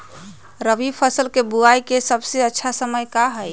रबी फसल के बुआई के सबसे अच्छा समय का हई?